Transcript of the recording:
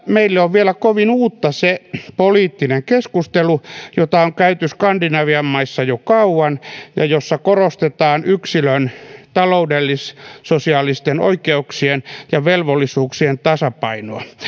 meille on vielä kovin uutta se poliittinen keskustelu jota on käyty skandinavian maissa jo kauan ja jossa korostetaan yksilön taloudellis sosiaalisten oikeuksien ja velvollisuuksien tasapainoa